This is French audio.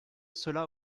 cela